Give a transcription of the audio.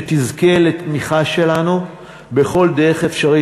שתזכה לתמיכה שלנו בכל דרך אפשרית.